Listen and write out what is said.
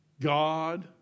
God